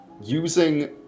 using